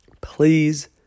Please